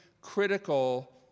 critical